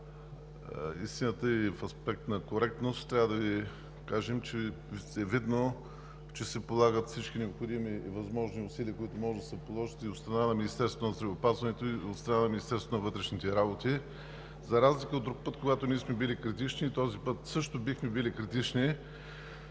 истината, и в аспект на коректност, трябва да Ви кажем, че е видно, че се полагат всички необходими и възможни усилия, които могат да се положат и от страна на Министерството на здравеопазването, и от страна на Министерството на вътрешните работи. За разлика от друг път, когато ние сме били критични, този път също бихме били критични.